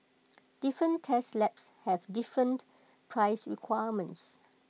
different test labs have different price requirements